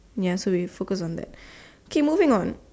ya so we focus on that okay moving on